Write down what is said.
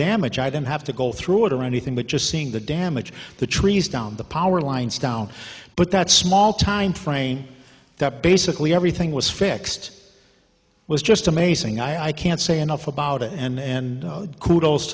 damage i don't have to go through it or anything but just seeing the damage the trees down the power lines down but that small time frame that basically everything was fixed was just amazing i can't say enough about it and